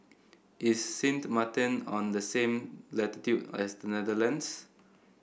is Sint Maarten on the same latitude as the Netherlands